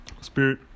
Spirit